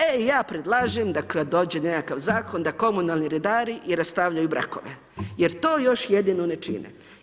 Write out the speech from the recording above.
E ja predlažem da kada dođe nekakav zakon da komunalni redari i rastavljaju brakove jer to još jedino ne čine.